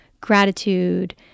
gratitude